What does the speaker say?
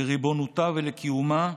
לריבונותה ולקיומה,